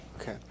Okay